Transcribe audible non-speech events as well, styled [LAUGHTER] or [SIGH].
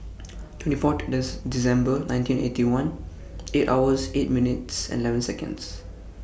twenty four [UNINTELLIGIBLE] December nineteen Eighty One eight hours eight minutes eleven Seconds